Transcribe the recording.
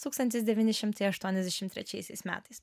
tūkstantis devyni šimtai aštuoniasdešim trečiaisiais metais